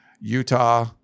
Utah